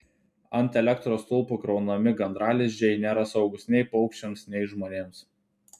ant elektros stulpų kraunami gandralizdžiai nėra saugūs nei paukščiams nei žmonėms